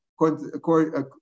According